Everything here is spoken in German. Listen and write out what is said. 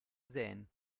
sähen